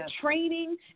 training